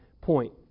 point